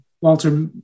Walter